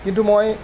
কিন্তু মই